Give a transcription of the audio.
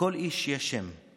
// לכל איש יש שם /